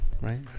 Right